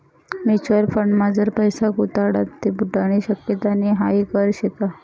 Mutual फंडमा जर पैसा गुताडात ते बुडानी शक्यता नै हाई खरं शेका?